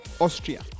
Austria